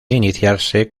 iniciarse